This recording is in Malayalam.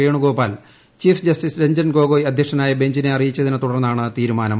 വേണുഗോപാൽ ചീഫ് ജസ്റ്റിസ് രഞ്ജൻ ഗോഗോയ് അധ്യക്ഷനായ ബഞ്ചിനെ അറിയിച്ചതിന്റെ ്തുടർന്നാണ് തീരുമാനം